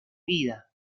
vida